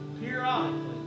Periodically